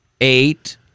eight